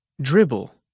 Dribble